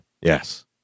Yes